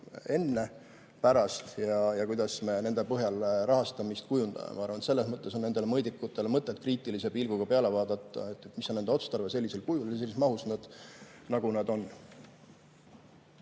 enne ja pärast, ja kuidas me nende põhjal rahastamist kujundame. Ma arvan, et selles mõttes on nendele mõõdikutele mõtet kriitilise pilguga peale vaadata, et mis on nende otstarve sellisel kujul ja sellises mahus, nagu nad on.